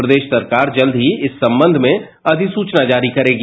प्रदेश सरकार जल्द ही इस संबंध में अक्षिपूचना जारी करेगी